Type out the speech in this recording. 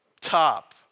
top